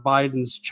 Biden's